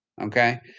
okay